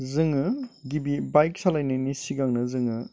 जोङो गिबि बाइक सालायनायनि सिगांनो जोङो